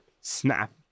snap